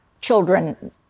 children